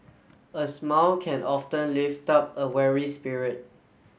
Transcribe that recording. a smile can often lift up a weary spirit